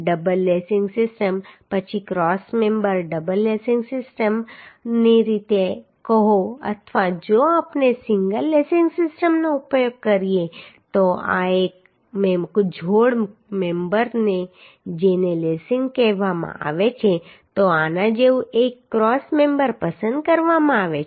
double lacing system પછી cross member double lacing system પછી cross member આ રીતે કહો અથવા જો આપણે સિંગલ લેસિંગ સિસ્ટમનો ઉપયોગ કરીએ તો એક ઝોક મેમ્બર કે જેને લેસિંગ કહેવામાં આવે છે તો આના જેવું એક ક્રોસ મેમ્બર પસંદ કરવામાં આવે છે